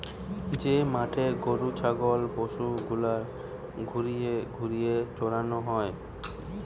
যে মাঠে গরু ছাগল পশু গুলার ঘুরিয়ে ঘুরিয়ে চরানো হয়